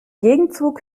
gegenzug